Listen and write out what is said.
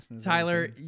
Tyler